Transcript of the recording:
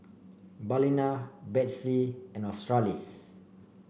Balina Betsy and Australis